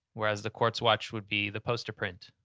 whereas the quartz watch would be the poster print.